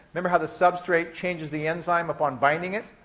remember how the substrate changes the enzyme upon binding it?